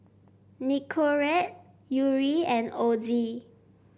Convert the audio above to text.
Nicorette Yuri and Ozi